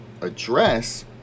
address